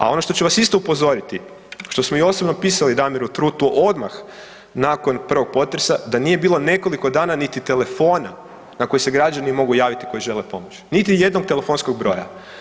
A ono što ću vas isto upozoriti što smo i osobno pisali Damiru Trutu odmah nakon prvog potresa da nije bilo nekoliko dana niti telefona na koji se građani mogu javiti koji žele pomoći, niti jednog telefonskog broja.